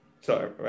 sorry